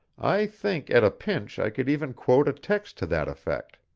i think at a pinch i could even quote a text to that effect.